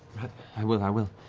i will, i will.